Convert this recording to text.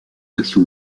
action